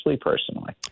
personally